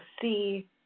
see